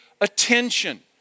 attention